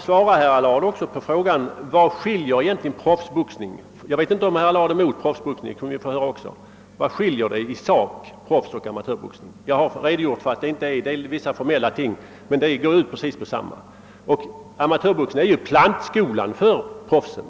Svara, herr Allard, också på frågan vad det egentligen i sak är som skiljer proffsboxning — jag vet inte om herr Allard är emot proffsboxning, men det kanske vi kan få höra också — och amatörboxning åt. Jag har redogjort för att det är vissa formella ting, men proffsboxning och amatörboxning går ju ändå ut på precis samma sak. Amatörboxningen är ju plantskolan för proffsen.